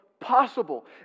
Possible